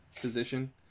position